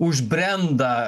už brendą